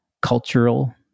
cultural